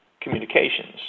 communications